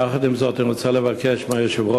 יחד עם זאת אני רוצה לבקש מהיושב-ראש,